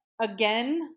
again